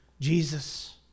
Jesus